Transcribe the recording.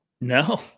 No